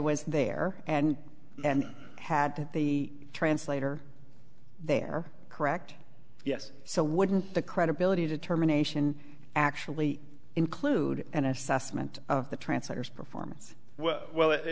was there and and had the translator there correct yes so wouldn't the credibility determination actually include an assessment of the translators performance well it